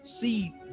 see